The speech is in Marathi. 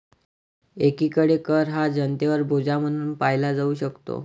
एकीकडे कर हा जनतेवर बोजा म्हणून पाहिला जाऊ शकतो